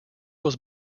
was